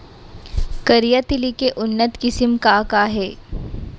करिया तिलि के उन्नत किसिम का का हे?